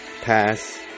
pass